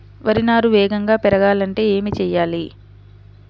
వరి నారు వేగంగా పెరగాలంటే ఏమి చెయ్యాలి?